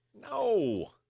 no